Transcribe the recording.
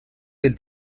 del